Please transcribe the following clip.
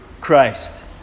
Christ